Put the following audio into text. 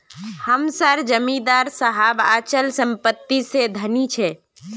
हम सार जमीदार साहब अचल संपत्ति से धनी छे